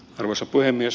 arvoisa puhemies